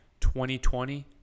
2020